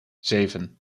zeven